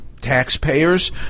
taxpayers